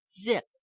Zip